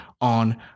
on